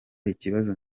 ikibazo